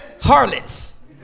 Harlots